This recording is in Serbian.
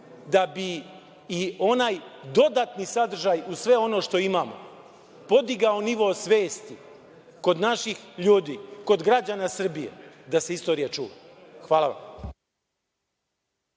da bi i onaj dodatni sadržaj uz sve ono što imamo, podigao nivo svesti kod naših ljudi, kod građana Srbije da se istorija čuva. Hvala vam.